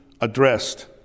addressed